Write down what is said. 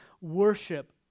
worship